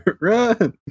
Run